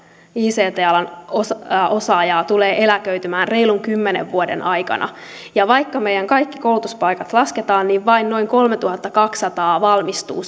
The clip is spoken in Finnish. ict alan osaajaa osaajaa tulee eläköitymään reilun kymmenen vuoden aikana ja vaikka meidän kaikki koulutuspaikat lasketaan niin vain noin kolmetuhattakaksisataa valmistuu